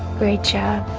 great job